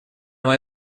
мой